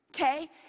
okay